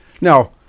Now